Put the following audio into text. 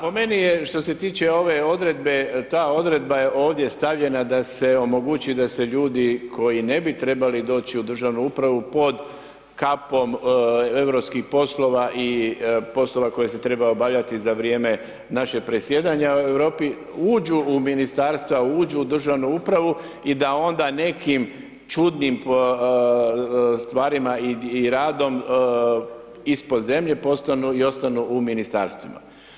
Po meni je što se tiče ove odredbe, ta odredba je ovdje stavljena da se omogući da se ljudi koji ne bi trebali doći u državnu upravu, pod kapom europskih poslova i poslova koje se trebaju obavljati za vrijeme naše predsjedanje u Europi, uđu u ministarstva, uđu u državnu upravu i da onda nekim čudnim stvarima i radom, ispod zemlje postanu i ostanu u ministarstvima.